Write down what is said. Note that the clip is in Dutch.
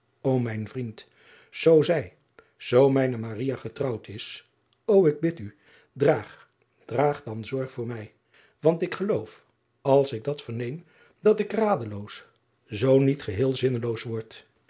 o mijn vriend zoo zij zoo mijne getrouwd is o ik bid u draag draag dan zorg voor mij want ik geloof als ik dat verneem dat ik radeloos zoo niet geheel zinneloos word